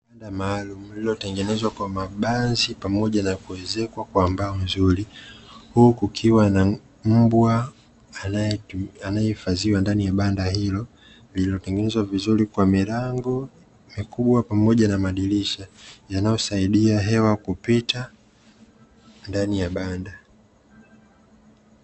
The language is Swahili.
Banda maalumu lililotengezwa kwa mabanzi pamoja na kuezekwa kwa mbao nzuri huku kukiwa na mbwa anayehifadhiwa ndani ya banda hilo, lililotengenezwa vizuri kwa milango mikubwa pamoja na madirisha yanayosaidia hewa kupita ndani ya banda.